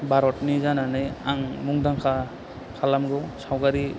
भारतनि जानानै आं मुंदांखा खालामगौ सावगारि